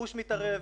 רכוש מתערב.